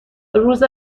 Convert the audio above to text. روز